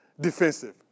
defensive